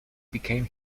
became